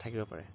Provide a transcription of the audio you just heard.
থাকিব পাৰে